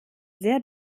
sehr